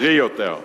בריא יותר,